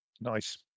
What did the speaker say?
Nice